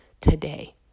today